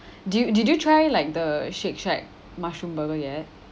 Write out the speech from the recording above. did you did you try like the Shake Shack mushroom burger yet